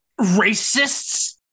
Racists